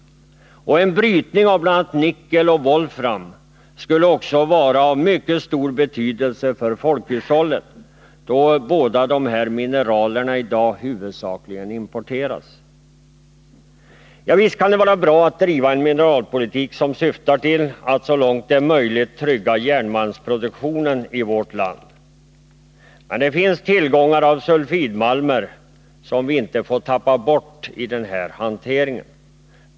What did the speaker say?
En brytning av bl.a. nickel och volfram skulle också vara av mycket stor betydelse för folkhushållet, eftersom båda dessa mineraler i dag huvudsakligen importeras. Visst kan det vara bra att driva en mineralpolitik som syftar till att så långt det är möjligt trygga järnmalmsproduktionen i vårt land. Men det finns tillgångar av sulfidmalmer som inte får tappas bort i hanteringen.